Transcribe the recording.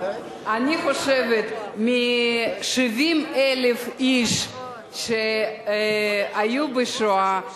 אני חושבת שמ-70,000 איש שהיו בשואה,